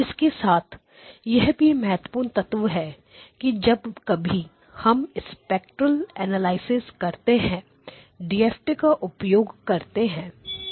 इसके साथ यह भी महत्वपूर्ण तत्व है कि जब कभी हम स्पेक्ट्रेल अनालिसिस करते हैं DFT का उपयोग करते हैं